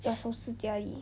要收拾家里